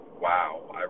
wow